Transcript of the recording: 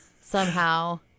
somehow-